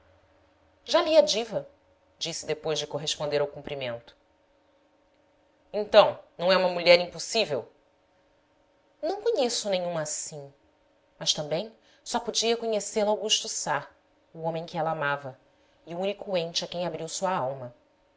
li a diva disse depois de corresponder ao cumpri mento então não é uma mulher impossível não conheço nenhuma assim mas também só podia conhecê-la augusto sá o homem que ela amava e o único ente a quem abriu sua alma